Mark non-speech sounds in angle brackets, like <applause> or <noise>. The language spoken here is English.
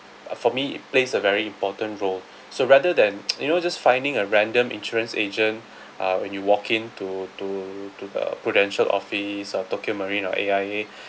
uh for me it plays a very important role so rather than <noise> you know just finding a random insurance agent uh when you walk in to to to the Prudential office or Tokio Marine or A_I_A